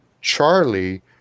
Charlie